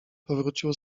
powrócił